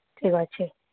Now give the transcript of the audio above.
ଠିକ୍ ଅଛି